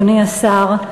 אדוני השר,